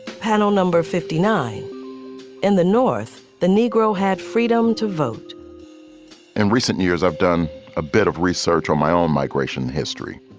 panel number fifty nine in the north. the negro had freedom to vote in recent years, i've done a bit of research on my own migration history,